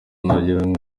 ntagereranywa